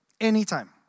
Anytime